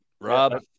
Rob